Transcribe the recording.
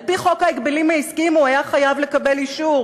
על-פי חוק ההגבלים העסקיים הוא היה חייב לקבל אישור,